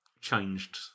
changed